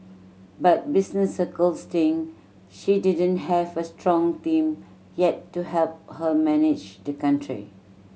but business circles think she didn't have a strong team yet to help her manage the country